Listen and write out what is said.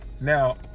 Now